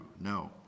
No